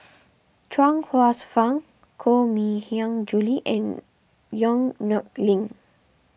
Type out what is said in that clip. Chuang Hsueh Fang Koh Mui Hiang Julie and Yong Nyuk Lin